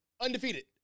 undefeated